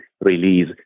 release